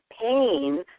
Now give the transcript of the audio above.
pain